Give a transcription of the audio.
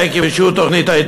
עקב אישור ההתנתקות.